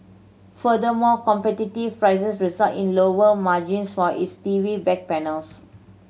furthermore competitive prices resulted in lower margins for its T V back panels